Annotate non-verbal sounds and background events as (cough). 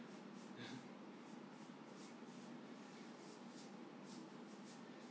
(breath)